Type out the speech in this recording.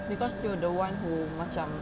because you're the one who macam